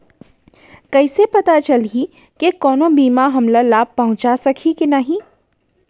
कइसे पता चलही के कोनो बीमा हमला लाभ पहूँचा सकही के नही